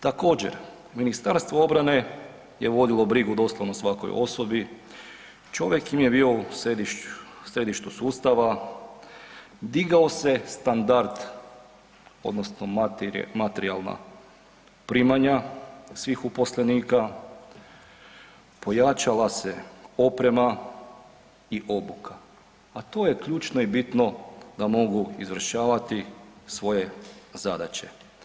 Također Ministarstvo obrane je vodilo brigu doslovno o svakoj osobi, čovjek im je bio u središtu sustava, digao se standard odnosno materijalna primanja svih uposlenika, pojačala se oprema i obuka, a to je ključno i bitno da mogu izvršavati svoje zadaće.